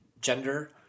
gender